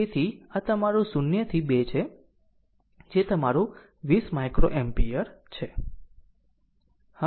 તેથી આ તમારું 0 થી 2 છે જે તમારું 20 માઇક્રોએમ્પીયર છે